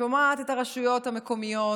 שומעת את הרשויות המקומיות,